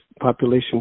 population